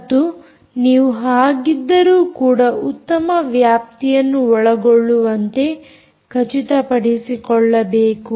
ಮತ್ತು ನೀವು ಹಾಗಿದ್ದರೂ ಕೂಡ ಉತ್ತಮ ವ್ಯಾಪ್ತಿಯನ್ನು ಒಳಗೊಳ್ಳುವಂತೆ ಖಚಿತಪಡಿಸಿಕೊಳ್ಳಬೇಕು